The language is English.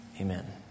Amen